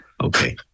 Okay